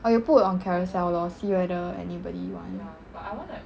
or you put on carousell lor see whether anybody want